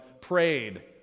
prayed